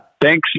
thanks